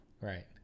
Right